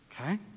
Okay